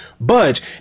budge